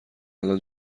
الان